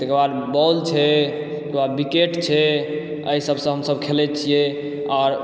तइके बाद बॉल छै तइके बाद विकेट छै अइ सबसऽ हमसब खेलैत छियै आओर